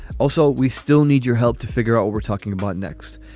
also, we still need your help to figure out what we're talking about next.